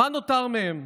מה נותר מהם?